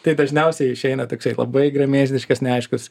tai dažniausiai išeina toksai labai gremėzdiškas neaiškus